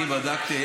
אני בדקתי.